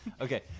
Okay